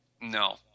No